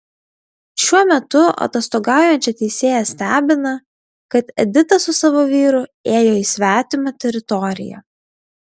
šiuo metu atostogaujančią teisėją stebina kad edita su savo vyru ėjo į svetimą teritoriją